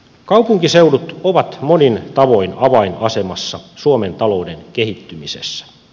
kaupunkiseudut ovat monin tavoin avainasemassa suomen talouden kehittymisessä